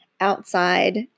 outside